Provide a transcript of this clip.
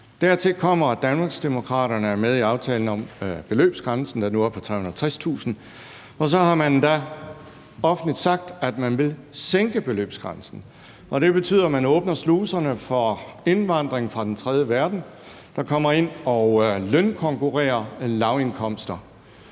Dertil kommer, at Danmarksdemokraterne er med i aftalen om beløbsgrænsen, der nu er oppe på 360.000 kr., og så har man endda offentligt sagt, at man vil sænke beløbsgrænsen. Det betyder, at man åbner sluserne for indvandrere fra den tredje verden, der kommer ind og lønkonkurrerer på lavindkomster.